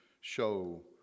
show